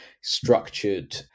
structured